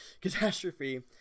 catastrophe